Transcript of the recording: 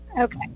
Okay